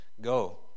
Go